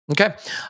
Okay